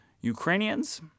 Ukrainians